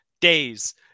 days